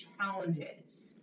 challenges